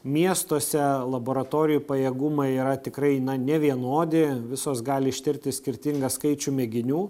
miestuose laboratorijų pajėgumai yra tikrai nevienodi visos gali ištirti skirtingą skaičių mėginių